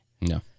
No